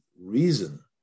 reason